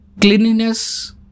cleanliness